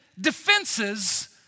defenses